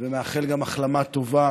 ומאחל החלמה טובה